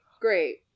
great